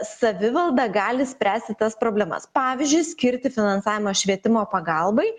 savivalda gali spręsti tas problemas pavyzdžiui skirti finansavimą švietimo pagalbai